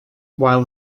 while